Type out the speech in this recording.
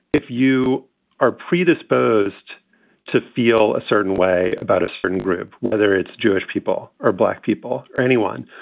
if you are predisposed to feel a certain way about a certain group, whether it's jewish people or black people or anyone,